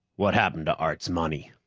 what happened to art's money?